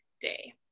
day